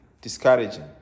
discouraging